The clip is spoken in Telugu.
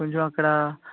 కొంచెం అక్కడ